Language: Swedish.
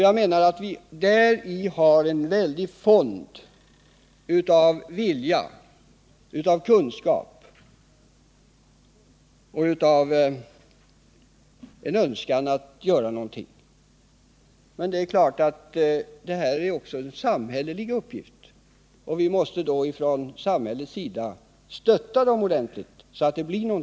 Jag anser att vi däri har en väldig fond av vilja, kunskap och en önskan att göra någonting. Men det är klart att det också är en samhällelig uppgift att lösa problemen på det här området, och vi måste från samhällets sida stötta folkrörelserna ordentligt, så att resultat kan nås.